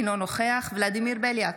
אינו נוכח ולדימיר בליאק,